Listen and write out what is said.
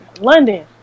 London